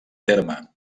terme